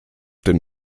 den